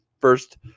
first